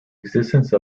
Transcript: existence